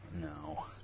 No